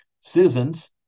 citizens